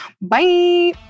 Bye